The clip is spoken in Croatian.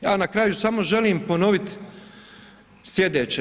Ja na kraju samo želim ponoviti sljedeće.